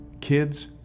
kids